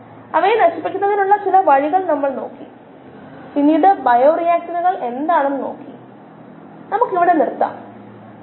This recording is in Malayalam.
പ്രത്യക്ഷ വളർച്ചാ നിരക്കും യഥാർത്ഥ വളർച്ചാ നിരക്കും ഒരു എൻഡോജെനസ് മെറ്റബോളിസം സ്ഥിരാങ്കവും ke തമ്മിലുള്ള ബന്ധം എന്തെന്നാൽ T minus ke equals A ആണ്